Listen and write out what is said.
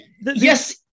yes